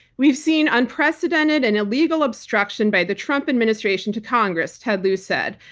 we've seen unprecedented and illegal obstruction by the trump administration to congress, ted lieu said.